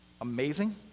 amazing